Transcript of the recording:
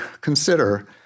consider